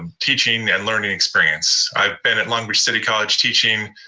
um teaching and learning experience. i've been at long beach city college teaching.